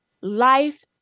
life